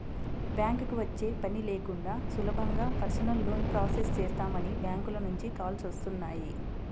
బ్యాంకుకి వచ్చే పని లేకుండా సులభంగా పర్సనల్ లోన్ ప్రాసెస్ చేస్తామని బ్యాంకుల నుంచి కాల్స్ వస్తున్నాయి